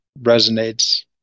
resonates